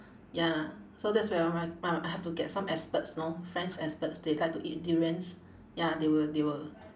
ya so that's where all my I have to get some experts lor friends experts they like to eat durians ya they will they will